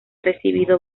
recibido